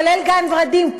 כולל כפר-ורדים.